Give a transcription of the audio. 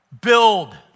build